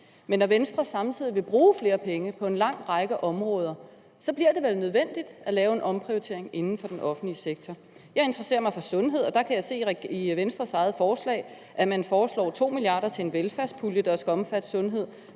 Men når Venstre samtidig vil bruge flere penge på en lang række områder, bliver det vel nødvendigt at lave en omprioritering inden for den offentlige sektor. Jeg interesserer mig for sundhed, og jeg kan se i Venstres eget forslag, at man foreslår 2 mia. kr. til en velfærdspulje, der skal omfatte sundhed;